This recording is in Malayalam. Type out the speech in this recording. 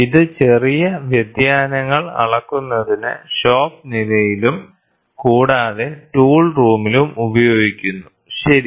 ഇത് ചെറിയ വ്യതിയാനങ്ങൾ അളക്കുന്നതിന് ഷോപ്പ് നിലയിലും കൂടാതെ ടൂൾ റൂമിലും ഉപയോഗിക്കുന്നു ശരി